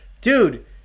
dude